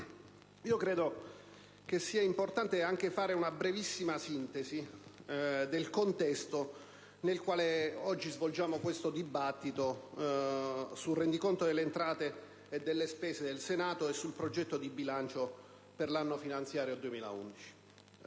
Credo sia importante fare una brevissima sintesi del contesto nel quale oggi svolgiamo questo dibattito sul rendiconto delle entrate e delle spese del Senato e sul progetto di bilancio per l'anno finanziario 2011.